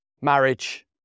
marriage